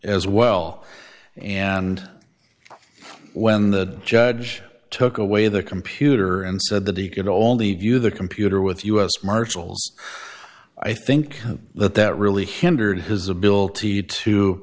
as well and when the judge took away the computer and said that he can only view the computer with u s marshals i think that that really hindered his ability to